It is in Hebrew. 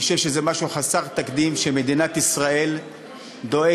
אני חושב שזה משהו חסר תקדים שמדינת ישראל דואגת